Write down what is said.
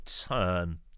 turn